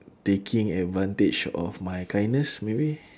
taking advantage of my kindness maybe